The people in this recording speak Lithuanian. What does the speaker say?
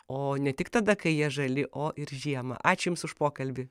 o ne tik tada kai jie žali o ir žiemą ačiū jums už pokalbį